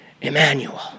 Emmanuel